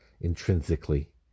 intrinsically